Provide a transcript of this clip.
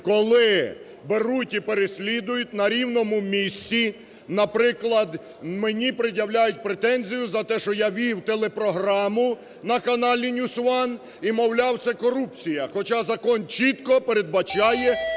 коли беруть і переслідують на рівному місці. Наприклад, мені пред'являють претензію за те, що я вів телепрограму на каналі "NewsOne", і мовляв, це корупція. Хоча закон чітко передбачає